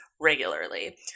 regularly